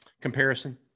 comparison